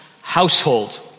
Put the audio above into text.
Household